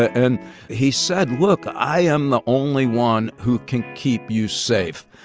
and he said, look. i am the only one who can keep you safe.